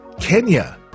Kenya